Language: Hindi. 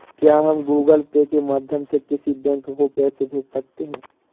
क्या हम गूगल पे के माध्यम से किसी बैंक को पैसे भेज सकते हैं?